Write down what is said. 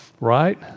Right